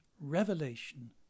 revelation